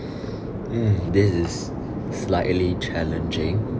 um this is slightly challenging